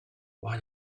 why